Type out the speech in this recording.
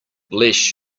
bless